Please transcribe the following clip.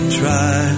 try